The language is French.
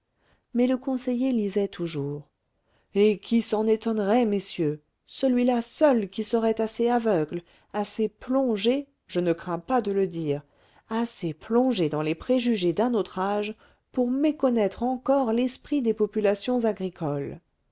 mais le conseiller lisait toujours et qui s'en étonnerait messieurs celui-là seul qui serait assez aveugle assez plongé je ne crains pas de le dire assez plongé dans les préjugés d'un autre âge pour méconnaître encore l'esprit des populations agricoles